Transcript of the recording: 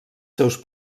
seus